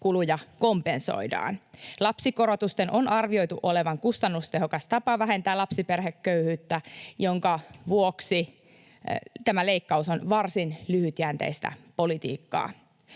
kuluja kompensoidaan. Lapsikorotusten on arvioitu olevan kustannustehokas tapa vähentää lapsiperheköyhyyttä, jonka vuoksi tämä leikkaus on varsin lyhytjänteistä politiikkaa.